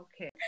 Okay